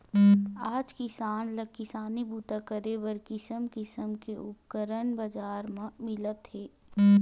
आज किसान ल किसानी बूता करे बर किसम किसम के उपकरन बजार म मिलत हे